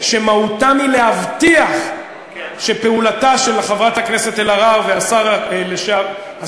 שמהותם היא להבטיח שפעולתה של חברת הכנסת אלהרר והשר הקודם,